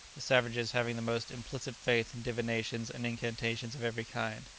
the savages having the most implicit faith in divinations and incantations of every kind,